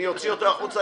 אני אוציא אותו החוצה,